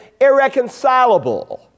irreconcilable